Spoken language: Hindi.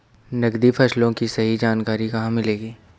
नकदी फसलों की सही जानकारी कहाँ मिलेगी?